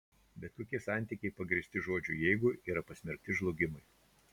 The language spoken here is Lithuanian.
bet kokie santykiai pagrįsti žodžiu jeigu yra pasmerkti žlugimui